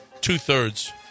Two-thirds